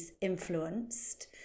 influenced